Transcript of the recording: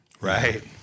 right